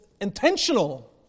intentional